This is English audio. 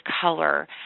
color